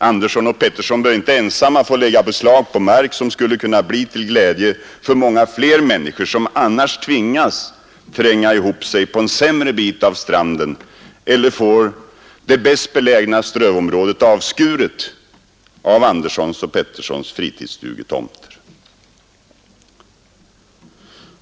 Andersson och Pettersson bör inte ensamma få lägga beslag på mark som skulle kunna bli till glädje för många fler människor som annars tvingas tränga ihop sig på en sämre bit av stranden eller får det bäst belägna strövområdet avskuret av Anderssons och Petterssons fritidsstugetomter.